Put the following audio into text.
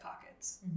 pockets